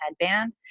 headband